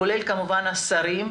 כולל כמובן השרים.